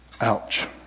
Ouch